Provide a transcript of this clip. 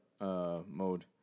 mode